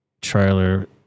trailer